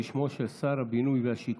בשמו של שר הבינוי והשיכון.